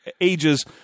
ages